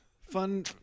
Fun